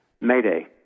Mayday